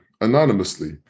anonymously